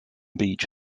beach